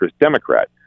Democrat